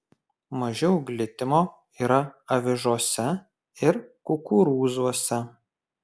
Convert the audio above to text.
mažiau glitimo yra avižose ir kukurūzuose